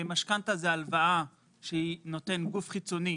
משכנתא זה הלוואה שנותן גוף חיצוני